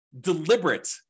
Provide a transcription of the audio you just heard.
deliberate